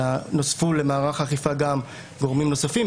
אלא נוספו למערך האכיפה גם גורמים נוספים,